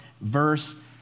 verse